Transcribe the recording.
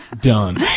done